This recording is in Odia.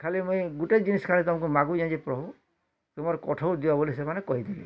ଖାଲି ମୁଇଁ ଗୁଟେ ଜିନିଷ୍ ଖାଲି ତମକୁ ମାଗୁଛି ହେ ଯେ ପ୍ରଭୁ ତୁମର କଠଉ ଦିଅ ବୋଲି ସେମାନେ କହିଥିଲେ